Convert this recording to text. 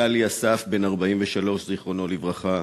ויטלי אסף, בן 43, זיכרונו לברכה,